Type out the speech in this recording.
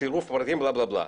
בצירוף הפרטים בלה בלה בלה,